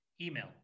Email